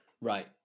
right